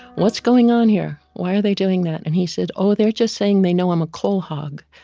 what's going on here? why are they doing that? and he said, oh, they're just saying they know i'm a coal hog.